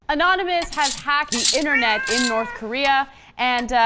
anonymous has happy internet in north korea and ah.